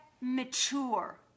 mature